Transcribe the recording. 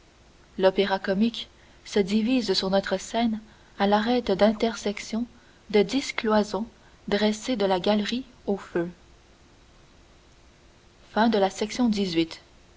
l'opéra-comique se divise sur notre scène à l'arête d'intersection de dix cloisons dressées de la galerie aux feux